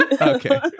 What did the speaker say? okay